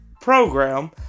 program